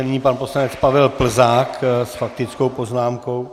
Nyní pan poslanec Pavel Plzák s faktickou poznámkou.